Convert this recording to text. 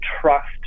trust